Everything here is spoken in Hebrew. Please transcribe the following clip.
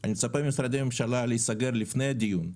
אני מצפה ממשרדי ממשלה להסגר לפני הדיון.